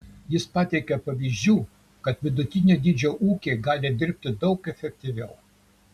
jis pateikė pavyzdžių kad vidutinio dydžio ūkiai gali dirbti daug efektyviau